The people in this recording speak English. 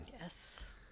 Yes